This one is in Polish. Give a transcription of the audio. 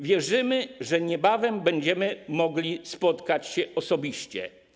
Wierzymy, że niebawem będziemy mogli spotkać się osobiście.